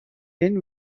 این